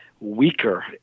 weaker